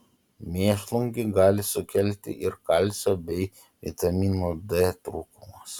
mėšlungį gali sukelti ir kalcio bei vitamino d trūkumas